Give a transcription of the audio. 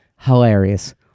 hilarious